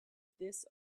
this